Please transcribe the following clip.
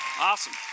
Awesome